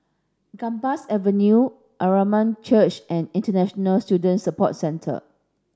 Gambas Avenue Church and International Student Support Centre